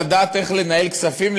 לדעת איך לנהל כספים,